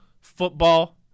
football